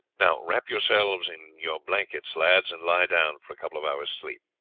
now wrap yourselves in your blankets, lads, and lie down for a couple of hours' sleep.